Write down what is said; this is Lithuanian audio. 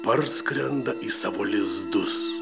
parskrenda į savo lizdus